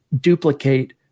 duplicate